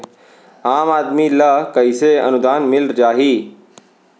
आम आदमी ल कइसे अनुदान मिल जाही?